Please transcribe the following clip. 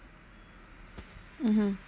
mmhmm